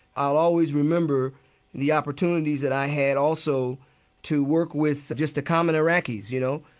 i'll always remember the opportunities that i had also to work with just the common iraqis, you know,